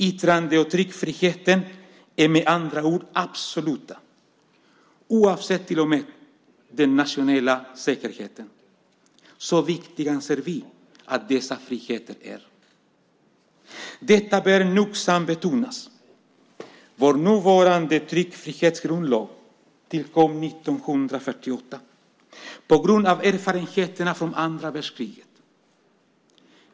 Yttrande och tryckfriheten är med andra ord absoluta, till och med oavsett den nationella säkerheten. Så viktiga anser vi att dessa friheter är. Detta bör nogsamt betonas. Vår nuvarande tryckfrihetsgrundlag tillkom 1948 på grund av erfarenheterna från andra världskriget.